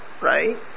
right